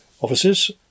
offices